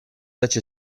such